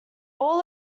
all